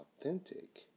authentic